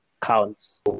counts